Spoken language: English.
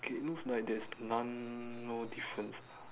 okay it looks like there's none no difference